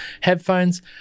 headphones